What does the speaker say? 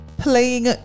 Playing